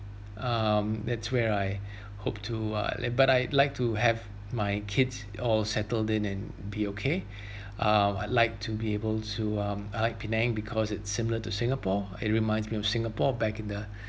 um that's where I hope to uh like but I like to have my kids all settled in and be okay uh I'd like to be able to um I like penang because it's similar to singapore it reminds me of singapore back in the